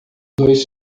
dois